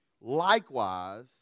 Likewise